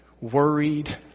Worried